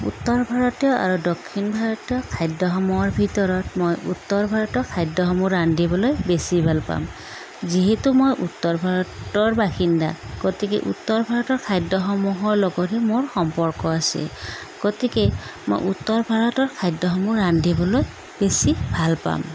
উত্তৰ ভাৰতীয় আৰু দক্ষিণ ভাৰতীয় খাদ্যসমূহৰ ভিতৰত মই উত্তৰ ভাৰতৰ খাদ্যসমূহ ৰান্ধিবলৈ বেছি ভাল পাম যিহেতু মই উত্তৰ ভাৰতৰ বাসিন্দা গতিকে উত্তৰ ভাৰতৰ খাদ্যসমূহৰ লগত মোৰ সম্পৰ্ক আছে গতিকে মই উত্তৰ ভাৰতৰ খাদ্যসমূহ ৰান্ধিবলৈ বেছি ভাল পাম